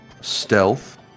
stealth